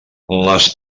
les